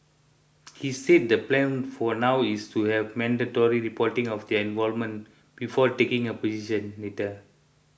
he said the plan for now is to have mandatory reporting of their involvement before taking a position later